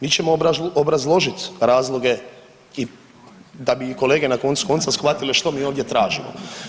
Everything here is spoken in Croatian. Mi ćemo obrazložit razloge da bi kolege na koncu konca shvatile što mi ovdje tražimo.